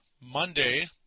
Monday